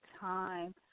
time